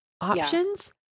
options